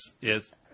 Yes